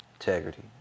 integrity